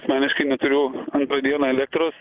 asmeniškai neturiu antrą dieną elektros